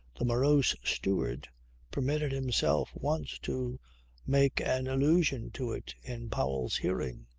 the morose steward permitted himself once to make an allusion to it in powell's hearing.